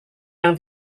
yang